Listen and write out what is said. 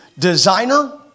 designer